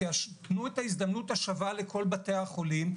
תנו את ההזדמנות השווה של כל בתי החולים,